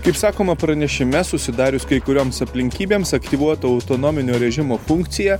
kaip sakoma pranešime susidarius kai kurioms aplinkybėms aktyvuota autonominio režimo funkcija